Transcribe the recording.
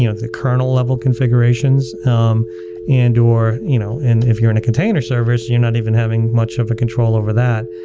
you know the kernel level configurations um and or you know if you're in a container service, you're not even having much of a control over that.